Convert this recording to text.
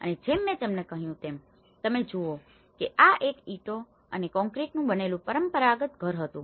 અને જેમ મેં તમને કહ્યું હતું તેમ તમે જુઓ છો કે આ એક ઇંટો અને કોંક્રીટનું બનેલું પરંપરાગત ઘર હતું